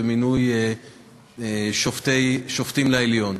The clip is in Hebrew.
במינוי שופטים לעליון.